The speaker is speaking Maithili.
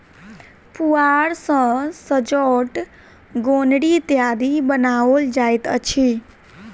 पुआर सॅ सजौट, गोनरि इत्यादि बनाओल जाइत अछि